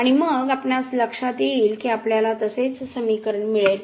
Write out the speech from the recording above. आणि मग आपणास लक्षात येईल की आपल्याला तसेच समीकरण मिळेल